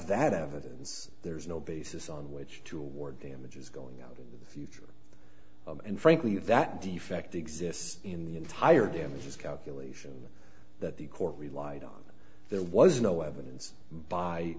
that evidence there's no basis on which to award damages going out in the future and frankly that defect exists in the entire damages calculation that the court relied on there was no evidence by